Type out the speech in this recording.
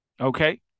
Okay